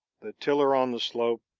the tiller on the slope,